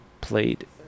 played